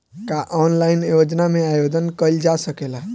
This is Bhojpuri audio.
का ऑनलाइन योजना में आवेदन कईल जा सकेला?